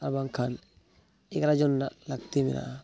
ᱟᱨ ᱵᱟᱝᱠᱷᱟᱱ ᱮᱜᱟᱨᱚ ᱡᱚᱱ ᱨᱮᱱᱟᱜ ᱞᱟᱹᱠᱛᱤ ᱢᱮᱱᱟᱜᱼᱟ